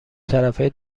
طرفه